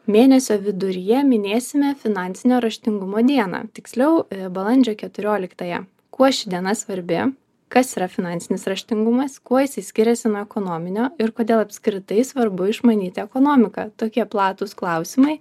mėnesio viduryje minėsime finansinio raštingumo dieną tiksliau balandžio keturioliktąją kuo ši diena svarbi kas yra finansinis raštingumas kuo jisai skiriasi nuo ekonominio ir kodėl apskritai svarbu išmanyti ekonomiką tokie platūs klausimai